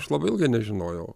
aš labai ilgai nežinojau